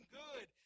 good